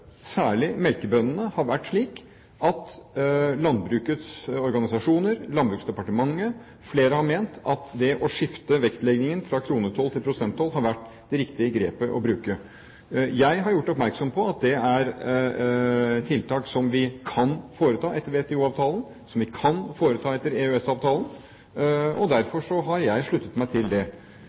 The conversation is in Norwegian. særlig melkebøndene har vært slik at landbrukets organisasjoner, Landbruksdepartementet og flere har ment at det å skifte vektleggingen fra kronetoll til prosenttoll har vært det riktige grepet å bruke. Jeg er gjort oppmerksom på at det er tiltak som vi kan foreta etter WTO-avtalen, som vi kan foreta etter EØS-avtalen. Derfor har jeg sluttet meg til det.